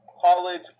college